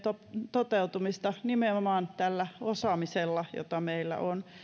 toteutumista nimenomaan tällä osaamisella jota meillä on